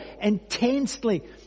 intensely